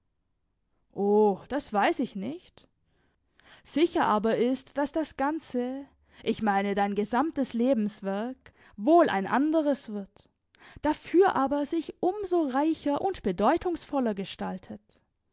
o das weiß ich nicht sicher aber ist daß das ganze ich meine dein gesamtes lebenswerk wohl ein anderes wird dafür aber sich um so reicher und bedeutungsvoller gestaltet